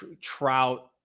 Trout